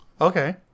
Okay